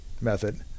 method